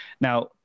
Now